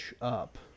up